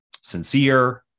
sincere